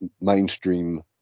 mainstream